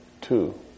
two